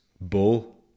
bull